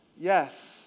Yes